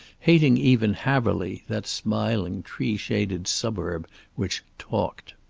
hating even haverly, that smiling, tree-shaded suburb which talked.